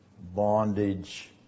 Bondage